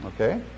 okay